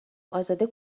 ازاده